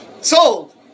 Sold